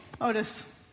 Otis